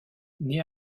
née